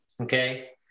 okay